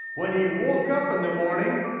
when he woke up in the morning,